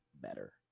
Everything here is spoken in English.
better